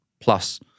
plus